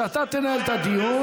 כשאתה תנהל את הדיון,